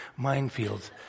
minefields